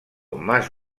más